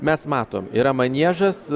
mes matom yra maniežas